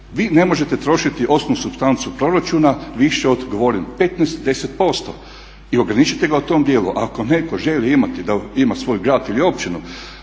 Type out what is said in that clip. Vi ne možete trošiti osnovnu supstancu proračuna više od govorim 15, 10% i ograničiti ga u tom dijelu. Ako netko želi imati da ima svoj grad ili općinu,